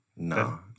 No